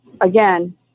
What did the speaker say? again